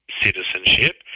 citizenship